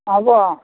হ'ব অ